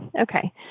okay